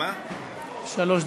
בבקשה.